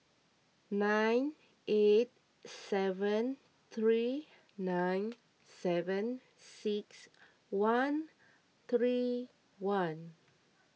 nine eight seven three nine seven six one three one